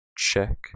check